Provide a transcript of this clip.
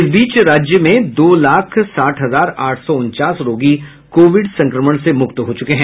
इस बीच राज्य में दो लाख साठ हजार आठ सौ उनचास रोगी कोविड संक्रमण से मुक्त हो चुके हैं